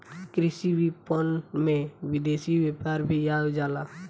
कृषि विपणन में विदेशी व्यापार भी आ जाला